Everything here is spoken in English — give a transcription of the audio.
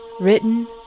written